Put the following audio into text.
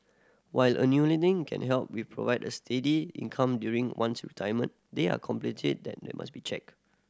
while can help with provid a steady income during one's retirement there are that must be checked